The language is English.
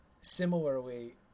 similarly